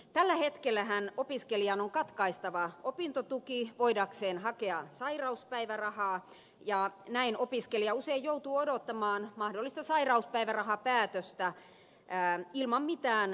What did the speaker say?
tällä hetkellähän opiskelijan on katkaistava opintotuki voidakseen hakea sairauspäivärahaa ja näin opiskelija usein joutuu odottamaan mahdollista sairauspäivärahapäätöstä ilman mitään tukea